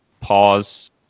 pause